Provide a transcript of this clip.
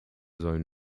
sollen